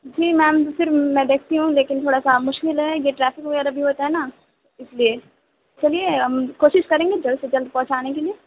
جی ma'am پھر میں دیکھتی ہوں لیکن تھوڑا سا مشکل ہے یہ ٹریفک وغیرہ بھی ہوتا ہے نا اسلئے چلیے کوشش کریں گے جلد سے جلد پہنچانے کے لئے